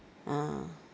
ah